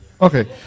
Okay